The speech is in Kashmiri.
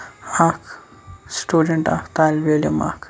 اکھ سِٹوٗڈَنٛٹ اکھ طٲلبہِ علِم اکھ